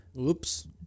Oops